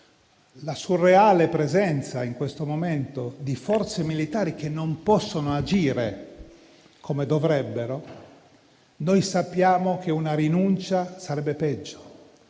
la surreale presenza in questo momento di forze militari che non possono agire come dovrebbero, noi sappiamo che una rinuncia sarebbe peggio